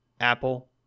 Apple